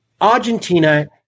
Argentina